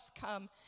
come